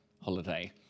holiday